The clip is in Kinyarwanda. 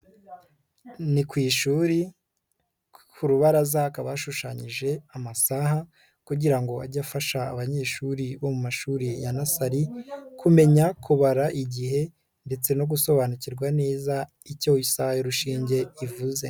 Ni ku ishuri, ku rubarazaka hakaba hashushanyije amasaha kugira ngo ajye afasha abanyeshuri bo mu mashuri ya nasari, kumenya kubara igihe ndetse no gusobanukirwa neza icyo isaha y'urushinge ivuze.